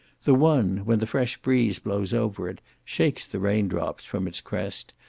the one, when the fresh breeze blows over it, shakes the raindrops from its crest,